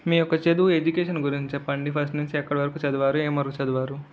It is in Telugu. మీ యొక్క చదువు ఎడ్యుకేషన్ గురించి చెప్పండి ఫస్ట్ నుంచి ఎక్కడి వరకు చదివారు ఎంత వరకు చదివారు